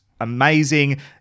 amazing